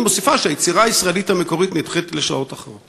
היא מוסיפה שהיצירה הישראלית המקורית נדחית לשעות אחרות.